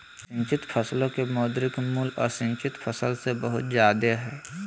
सिंचित फसलो के मौद्रिक मूल्य असिंचित फसल से बहुत जादे हय